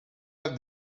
have